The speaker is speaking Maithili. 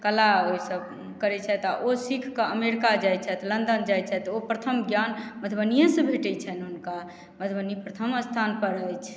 कला ओहि से करै छथि आ ओ सिखकऽ अमेरिका जाइ छथि लन्दन जाइ छथि ओ प्रथम ज्ञान मधुबनियै से भेटै छनि हुनका मधुबनी प्रथम स्थान पर अइछ